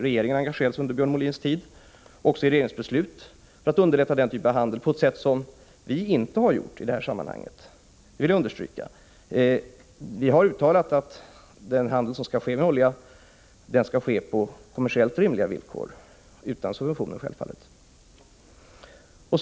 Regeringen engagerade sig under Björn Molins tid också i regeringsbeslut för att underlätta den typen av handel på ett sätt som vi i det här sammanhanget inte har gjort — det vill jag understryka. Vi har uttalat att den handel som skall ske med olja skall ske på kommersiellt rimliga villkor och självfallet utan subventioner.